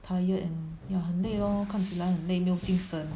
tired and ya 很累 lor 看起来没那么精神